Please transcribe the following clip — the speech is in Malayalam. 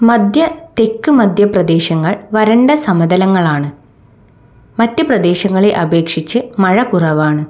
മധ്യ തെക്ക് മധ്യ പ്രദേശങ്ങൾ വരണ്ട സമതലങ്ങളാണ് മറ്റ് പ്രദേശങ്ങളെ അപേക്ഷിച്ച് മഴ കുറവാണ്